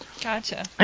Gotcha